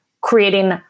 creating